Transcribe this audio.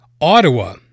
Ottawa